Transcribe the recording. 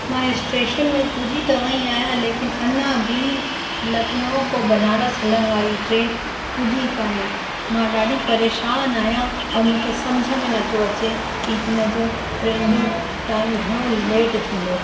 मां स्टेशन में पुॼी त वई आहियां लेकिन अञा बि लखनऊ खां बनारस हलण वारी ट्रेन पुॼी कोन्हे मां ॾाढी परेशान आहियां और मूंखे सम्झ में नथो अचे की हिन जो ट्रेन जो टाइम घणो लेट थींदो